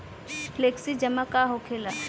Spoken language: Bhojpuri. फ्लेक्सि जमा का होखेला?